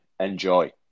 enjoy